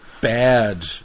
bad